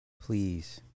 please